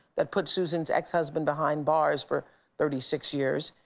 that put susan's ex-husband behind bars for thirty six years.